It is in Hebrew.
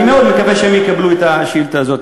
אני מאוד מקווה שהם יקבלו את השאילתה הזאת,